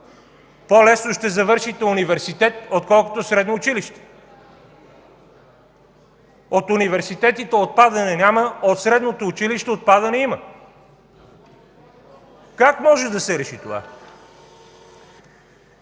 по-лесно ще завършите университет, отколкото средно училище. От университетите отпадане няма, а от средното училище отпадане има. (Председателят дава